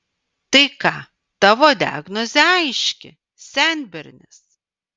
tai ką tavo diagnozė aiški senbernis